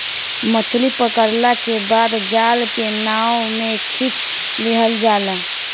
मछली पकड़ला के बाद जाल के नाव में खिंच लिहल जाला